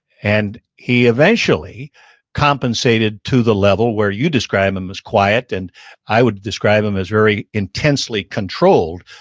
and he eventually compensated to the level where you describe him as quiet, and i would describe him as very intensely controlled.